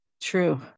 True